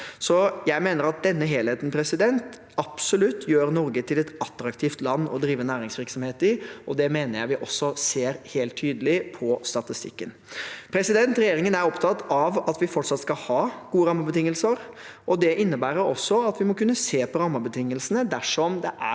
Jeg mener at denne helheten absolutt gjør Norge til et attraktivt land å drive næringsvirksomhet i, og det mener jeg vi også ser helt tydelig på statistikken. Regjeringen er opptatt av at vi fortsatt skal ha gode rammebetingelser. Det innebærer også at vi må kunne se på rammebetingelsene dersom det er